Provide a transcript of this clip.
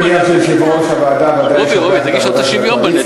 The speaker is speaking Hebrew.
אני אומר שיושב-ראש הוועדה עדיין משבח